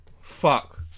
Fuck